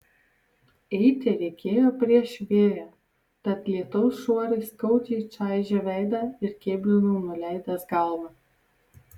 eiti reikėjo prieš vėją tad lietaus šuorai skaudžiai čaižė veidą ir kėblinau nuleidęs galvą